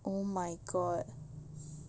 oh my god